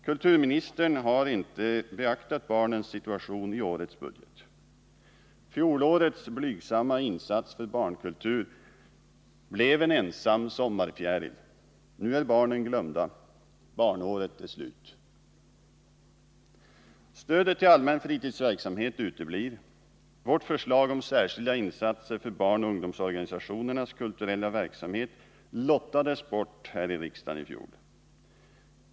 Kulturministern har inte beaktat barnens situtation i årets budget. Fjolårets blygsamma insats för barnkultur blev en ensam sommarfjäril. Nu är barnen glömda. Barnåret är slut. Stödet till allmän fritidsverksamhet uteblir. Vårt förslag om särskilda insatser för barnoch ungdomsorganisationernas kulturella verksamhet lottades bort i fjol.